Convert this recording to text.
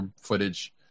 footage